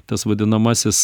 tas vadinamasis